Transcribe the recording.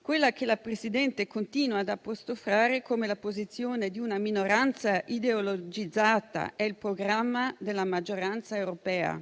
quella che la Presidente continua ad apostrofare come la posizione di una minoranza ideologizzata è il programma della maggioranza europea.